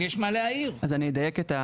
אני אדייק.